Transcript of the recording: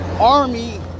Army